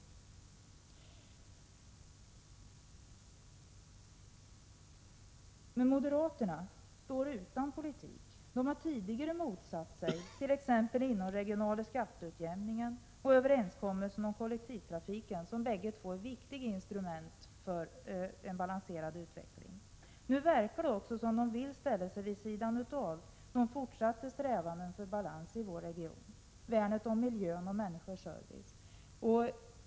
Men moderaterna står utan politik. De har tidigare motsatt sig t.ex. den inomregionala skatteutjämningen och överenskommelsen om kollektivtrafiken — två viktiga instrument för en balanserad utveckling. Nu verkar det också som om de vill ställa sig vid sidan om de fortsatta strävandena för balans i vår region, för värnet om miljön och människornas service.